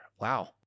Wow